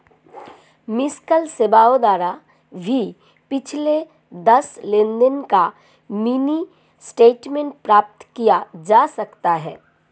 miss call सेवाओं द्वारा भी पिछले दस लेनदेन का मिनी स्टेटमेंट प्राप्त किया जा सकता है